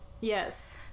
Yes